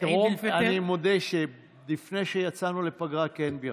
אני מודה שלפני שיצאנו לפגרה כן בירכתי.